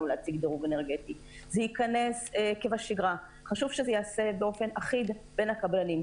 זה ייכנס כבשגרה וחשוב שזה ייעשה באופן אחיד בין הקבלנים.